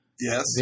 Yes